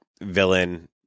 villain